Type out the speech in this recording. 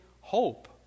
hope